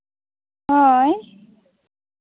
ᱦᱳᱭ